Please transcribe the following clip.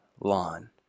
lawn